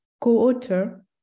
co-author